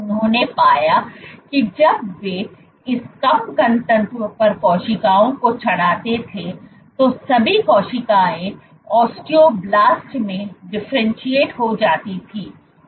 उन्होंने पाया कि जब वे इस कम घनत्व पर कोशिकाओं को चढ़ाते थे तो सभी कोशिकाएं ओस्टियोब्लास्ट में डिफरेंटशिएट हो जाती थीं